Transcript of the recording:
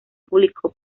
publicó